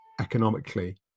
economically